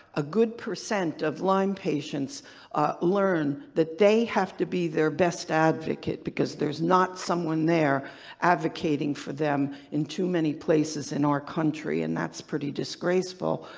a good percent of lyme patients learned that they have to be their best advocate, because there's not someone there advocating for them in too many places in our country and that's pretty disgraceful,